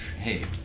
Hey